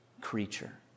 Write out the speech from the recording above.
creature